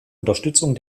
unterstützung